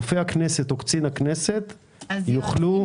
רופא הכנסת או קצין הכנסת יוכלו